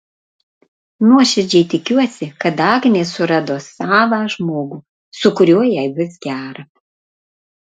nuoširdžiai tikiuosi kad agnė surado savą žmogų su kuriuo jai bus gera